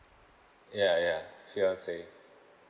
yeah yeah fiance